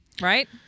right